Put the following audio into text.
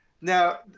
Now